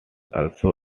also